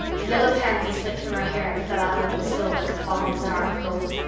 a yellow pansy slipped from her hair and fell out over the sill like a falling star of gold.